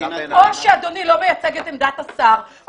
או שאדוני לא מייצג את עמדת השר,